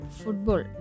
football